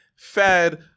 fed